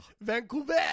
Vancouver